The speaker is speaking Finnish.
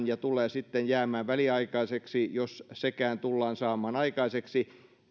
ja tulee sitten jäämään väliaikaiseksi jos sekään tullaan saamaan aikaiseksi